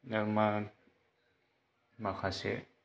आरो मा माखासे